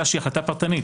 שהיא פרטנית,